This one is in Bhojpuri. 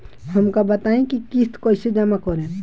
हम का बताई की किस्त कईसे जमा करेम?